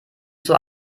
zur